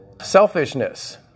Selfishness